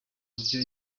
uburyo